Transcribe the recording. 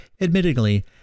Admittedly